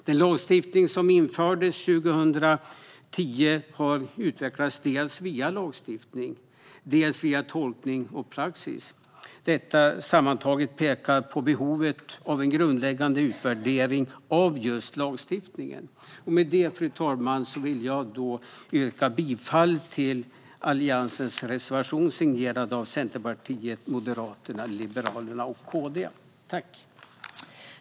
Den lagstiftning som infördes 2010 har utvecklats dels via lagstiftning, dels via tolkning och praxis. Detta pekar sammantaget på behovet av en grundläggande utvärdering av just lagstiftningen. Fru talman! Jag yrkar bifall till Alliansens reservation signerad av Centerpartiet, Moderaterna, Liberalerna och Kristdemokraterna.